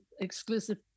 exclusive